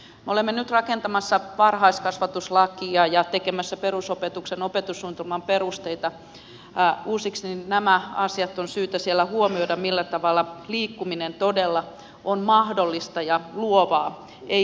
me olemme nyt rakentamassa varhaiskasvatuslakia ja tekemässä perusopetuksen opetussuunnitelman perusteita uusiksi ja nämä asiat on syytä siellä huomioida se millä tavalla liikkuminen todella on mahdollista ja luovaa ei ylisuojelevaa